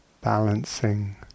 Balancing